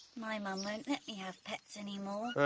my mum won't let me have pets any more.